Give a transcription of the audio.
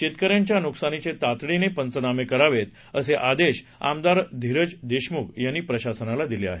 शेतकऱ्यांच्या नुकसानीचे तातडीनं पंचनामे करावेत असे आदेश आमदार धीरज देशमुख यांनी प्रशासनाला दिले आहेत